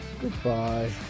goodbye